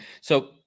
So-